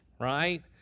right